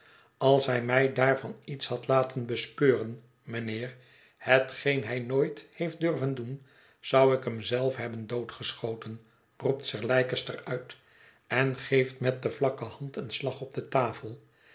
als hij mij daarvan iets had laten bespeuren mijnheer hetgeen hij nooit heeft durven doen zou ik hem zelf hebben doodgeschoten roept sir leicester uit en geeft met de vlakke hand een slag op de tafel